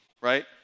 right